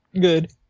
Good